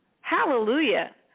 Hallelujah